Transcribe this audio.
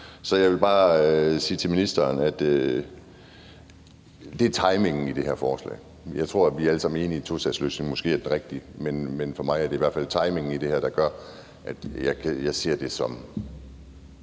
Jeg vil bare sige til ministeren, at det handler om timingen i det her forslag. Jeg tror, at vi alle sammen er enige om, at en tostatsløsning måske er den rigtige, men for mig er det i hvert fald timingen i det her, der gør, at jeg ser det som,